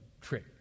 trick